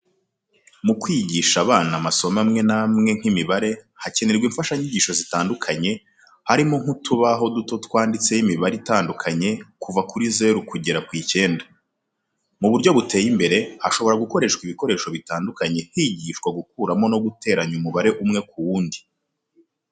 Mu kwigisha abana amasomo amwe n'amwe nk'imibare hakenerwa imfashanyigisho zitandukanye harimo nk'utubaho duto twanditseho imibare itandukanye kuva kuri zero kugeza ku icyenda. Mu buryo buteye imbere hashobora gukoreshwa ibikoresho bitandukanye higishwa gukuramo no guteranya umubare umwe n'undi.